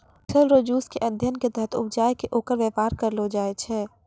फल रो जुस के अध्ययन के तहत उपजाय कै ओकर वेपार करलो जाय छै